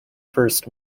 first